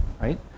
right